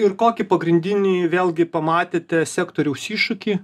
ir kokį pagrindinį vėlgi pamatėte sektoriaus iššūkį